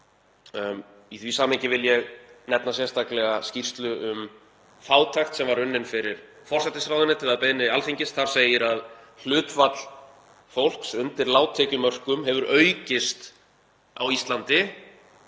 Í því samhengi vil ég nefna sérstaklega skýrslu um fátækt sem var unnin fyrir forsætisráðuneytið að beiðni Alþingis. Þar segir að hlutfall fólks undir lágtekjumörkum hafi aukist á Íslandi